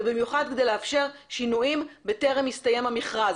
ובמיוחד כדי לאפשר שינויים בטרם הסתיים המכרז.